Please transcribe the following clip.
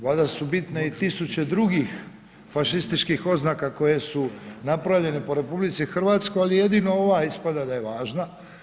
Valjda su bitne i tisuće drugih fašističkih oznaka koje su napravljene po RH ali jedino ova ispada da je važna.